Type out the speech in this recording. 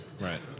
right